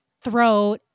throat